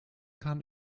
kann